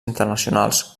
internacionals